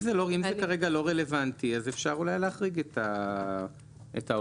אם זה כרגע לא רלוונטי אז אפשר אולי להחריג את ההוראה הזאת.